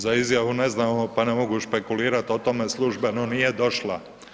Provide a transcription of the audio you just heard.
Za izjavu ne znamo, pa ne mogu špekulirat o tome službeno, nije došla.